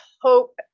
hope